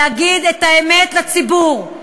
להגיד את האמת לציבור: